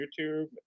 YouTube